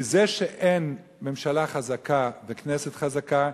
כי זה שאין ממשלה חזקה וכנסת חזקה,